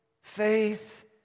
Faith